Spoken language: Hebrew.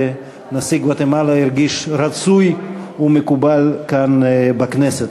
ונשיא גואטמלה הרגיש רצוי ומקובל כאן בכנסת.